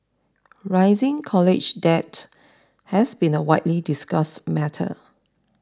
rising college debt has been a widely discussed matter